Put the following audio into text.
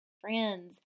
Friends